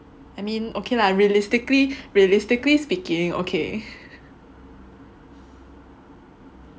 I mean okay lah realistically realistically speaking okay